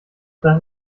das